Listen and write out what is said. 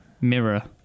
mirror